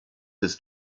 des